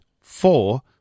four